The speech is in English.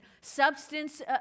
substance